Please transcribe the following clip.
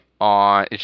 on